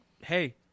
hey